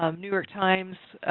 um new york times,